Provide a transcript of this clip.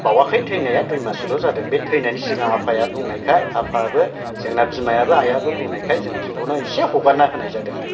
बावाखै थैनाया दुइ माससोल' जादों बे थैनायनि सिगां आफाया बुंनायखाय आफायाबो जोंना बिमायाबो आइयाबो बुंनायखाय जों बिब'नो एसे हगारनानै होनाय जादों आरो